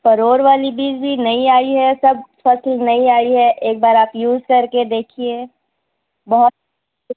پرور والی بیج بھی نئی آئی ہے سب فصل نئی آئی ہے ایک بار آپ یوز کر کے دیکھیے بہت